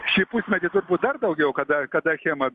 šį pusmetį turbūt dar daugiau kada kada achema